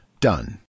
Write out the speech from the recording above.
Done